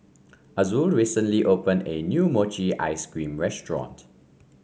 Azul recently opened a new Mochi Ice Cream restaurant